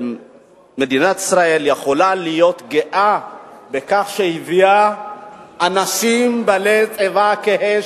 מדינת ישראל יכולה להיות גאה בכך שהיא הביאה אנשים בעלי צבע כהה,